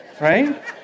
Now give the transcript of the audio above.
right